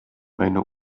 meine